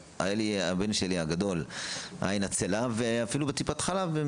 לבן הגדול שלי הייתה עין עצלה וגילו את זה בטיפת חלב.